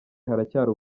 haracyari